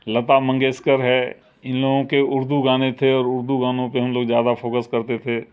لتا منگیشکر ہے ان لوگوں کے اردو گانے تھے اور اردو گانوں پہ ہم لوگ زیادہ فوکس کرتے تھے